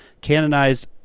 Canonized